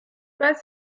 pas